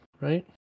right